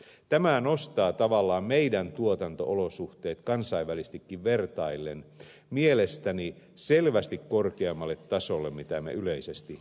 tämä nostaa tavallaan meidän tuotanto olosuhteemme kansainvälisestikin vertaillen mielestäni selvästi korkeammalle tasolle kuin me yleisesti ajattelemme